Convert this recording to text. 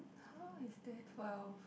how is there twelve